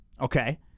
Okay